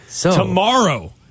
Tomorrow